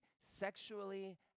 sexually